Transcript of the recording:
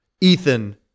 Ethan